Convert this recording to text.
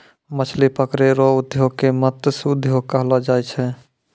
मछली पकड़ै रो उद्योग के मतस्य उद्योग कहलो जाय छै